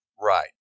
Right